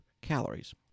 calories